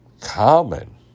common